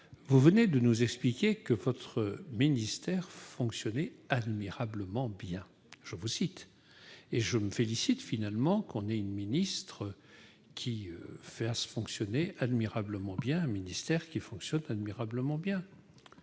vous venez de nous expliquer que votre ministère fonctionnait « admirablement bien ». Je me félicite donc que notre ministre fasse fonctionner admirablement bien un ministère qui fonctionne admirablement bien.